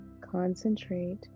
Concentrate